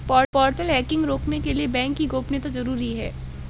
portal hacking रोकने के लिए बैंक की गोपनीयता जरूरी हैं